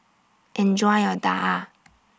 Enjoy your Daal